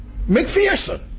McPherson